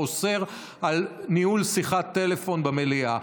האוסר על ניהול שיחת טלפון במליאה,